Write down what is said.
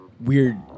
weird